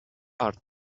are